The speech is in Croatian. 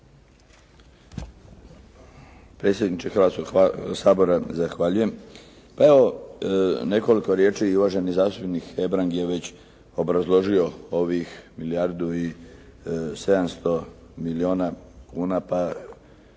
Predsjedniče Hrvatskoga sabora, zahvaljujem. Pa evo, nekoliko riječi. I uvaženi zastupnik Hebrang je već obrazložio ovih milijardu i 700 milijuna kuna.